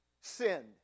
sinned